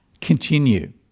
continue